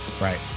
Right